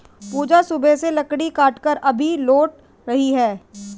पूजा सुबह से लकड़ी काटकर अभी लौट रही है